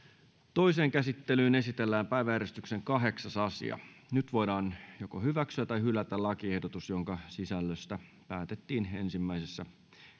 toiseen käsittelyyn esitellään päiväjärjestyksen kahdeksas asia nyt voidaan joko hyväksyä tai hylätä lakiehdotus jonka sisällöstä päätettiin ensimmäisessä